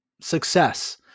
success